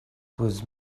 was